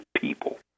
people